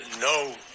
no